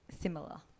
similar